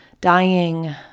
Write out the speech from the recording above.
dying